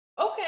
Okay